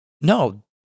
No